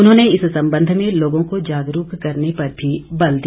उन्होंने इस संबंध में लोगों को जागरूक करने पर भी बल दिया